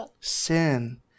Sin